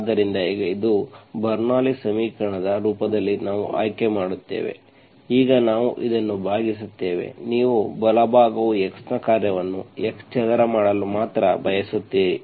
ಆದ್ದರಿಂದ ಈಗ ಇದು ಬರ್ನೌಲ್ಲಿಸ್bernoullis ಸಮೀಕರಣದ ರೂಪದಲ್ಲಿ ನಾವು ಆಯ್ಕೆ ಮಾಡುತ್ತೇವೆ ಈಗ ನಾವು ಇದನ್ನು ಭಾಗಿಸುತ್ತೇವೆ ನೀವು ಬಲಭಾಗವು x ನ ಕಾರ್ಯವನ್ನು x ಚದರ ಮಾಡಲು ಮಾತ್ರ ಬಯಸುತ್ತೀರಿ